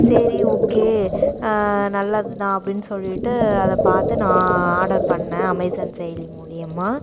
சரி ஓகே நல்லதுதான் அப்படின்னு சொல்லிவிட்டு அதை பார்த்து நான் ஆர்டர் பண்ணிணேன் அமேசான் செயலி மூலியமாக